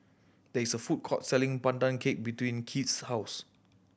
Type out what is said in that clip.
there is a food court selling Pandan Cake between Kieth's house